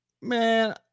Man